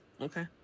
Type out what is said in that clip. Okay